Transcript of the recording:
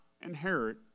inherit